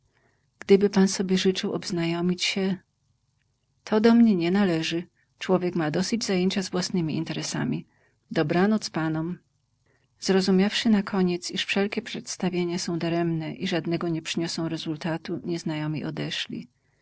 gdyby pan sobie życzył obznajmić się to do mnie nie należy człowiek ma dosyć zajęcia z własnymi interesami dobranoc panom zrozumiawszy nakoniec iż wszelkie przedstawienia są daremne i żadnego nie przyniosą rezultatu nieznajomi odeszli